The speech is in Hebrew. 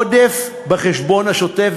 עודף בחשבון השוטף,